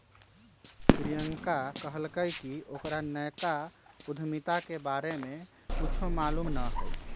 प्रियंका कहलकई कि ओकरा नयका उधमिता के बारे में कुछो मालूम न हई